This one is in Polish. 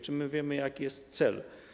Czy my wiemy, jaki jest cel?